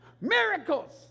miracles